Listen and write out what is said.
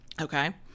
Okay